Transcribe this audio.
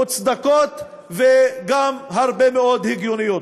מוצדקות וגם מאוד הגיוניות.